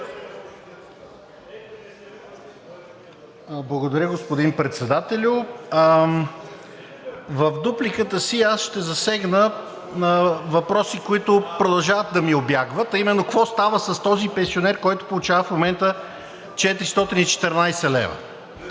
Благодаря, господин Председател. В дупликата си аз ще засегна въпроси, които продължават да ми убягват, а именно: какво става с този пенсионер, който получава в момента 414 лв.